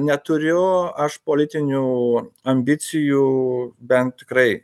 neturiu aš politinių ambicijų bent tikrai